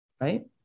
Right